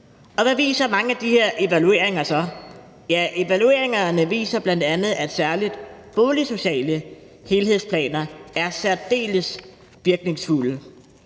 Hvad viser mange af de her evalueringer så? Ja, evalueringerne viser bl.a., at særlig boligsociale helhedsplaner er særdeles virkningsfulde.